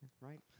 Right